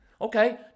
Okay